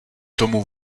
tomu